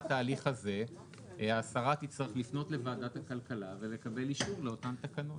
ההליך הזה השרה תצטרך לפנות לוועדת הכלכלה ולקבל אישור לאותן תקנות.